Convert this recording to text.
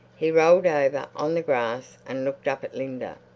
he rolled over on the grass and looked up at linda.